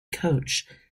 coach